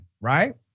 right